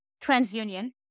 TransUnion